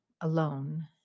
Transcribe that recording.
alone